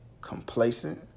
complacent